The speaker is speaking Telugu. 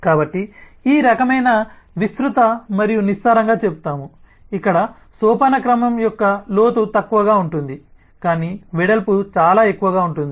కాబట్టి ఈ రకమైన మేము విస్తృత మరియు నిస్సారంగా చెబుతాము ఇక్కడ సోపానక్రమం యొక్క లోతు తక్కువగా ఉంటుంది కానీ వెడల్పు చాలా ఎక్కువగా ఉంటుంది